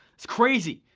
it's crazy,